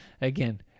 Again